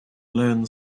learn